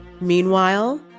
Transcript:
Meanwhile